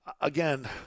again